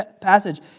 passage